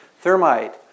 Thermite